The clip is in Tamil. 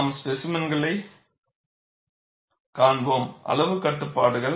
நாம் ஸ்பேசிமெனைக் காண்போம் அளவு கட்டுப்பாடுகள்